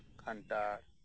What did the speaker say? ᱠᱟᱱᱴᱷᱟᱲ